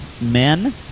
Men